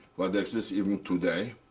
what exists even today.